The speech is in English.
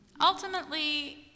Ultimately